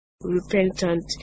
repentant